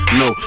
no